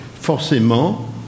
forcément